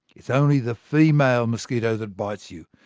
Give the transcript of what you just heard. it's only the female mosquito that bites you.